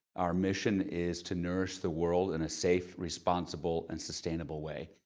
our mission is to nourish the world in a safe, responsible, and sustainable way.